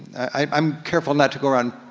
i'm careful not to go round,